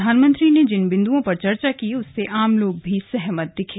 प्रधानमंत्री ने जिन बिंदुओं पर चर्चा की उससे आम लोग भी सहमत दिखे